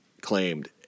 claimed